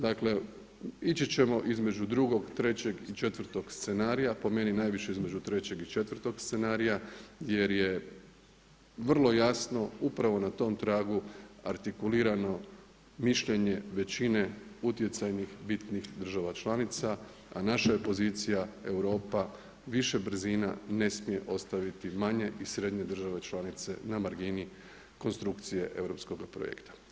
Dakle ići ćemo između drugog, trećeg i četvrtog scenarija, po meni najviše između trećeg i četvrtog scenarija jer je vrlo jasno upravo na tom tragu argikulirano mišljenje većine utjecajnih, bitnih država članica a naša je pozicija Europa, više brzina ne smije ostaviti manje i srednje države članice na margini konstrukcije europskoga projekta.